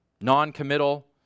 non-committal